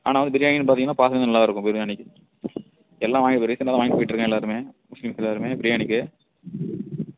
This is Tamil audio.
ஆனால் வந்து பிரியாணிக்குனு பார்த்திங்கனா பாஸ்மதி நல்லா இருக்கும் பிரியாணிக்கு எல்லாம் வாங்கிட்டு இப்போ ரீசெண்ட்டாக தான் வாங்கிட்டு போயிட்டு இருக்காங்க எல்லோருமே முஸ்லீம்ஸ் எல்லோருமே பிரியாணிக்கு